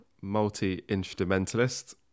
multi-instrumentalist